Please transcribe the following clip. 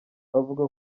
avuga